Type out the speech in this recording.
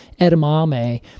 edamame